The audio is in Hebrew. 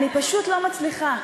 אני פשוט לא מצליחה.